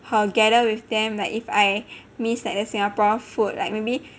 好 gather with them like if I miss like the Singapore food like maybe